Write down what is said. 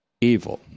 evil